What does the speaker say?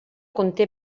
conté